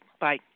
bye